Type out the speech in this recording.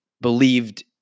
believed